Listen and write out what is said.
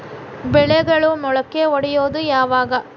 ಬೆಳೆಗಳು ಮೊಳಕೆ ಒಡಿಯೋದ್ ಯಾವಾಗ್?